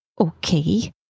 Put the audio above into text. Okay